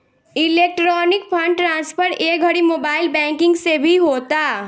electronic fund transfer ए घड़ी mobile banking से भी होता